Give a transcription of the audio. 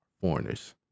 foreigners